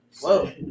whoa